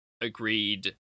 agreed